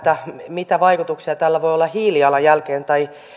mitä vaikutuksia tällä voi olla hiilijalanjälkeen tai